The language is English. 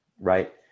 right